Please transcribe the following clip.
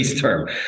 term